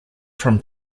from